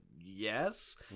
yes